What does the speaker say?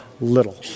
little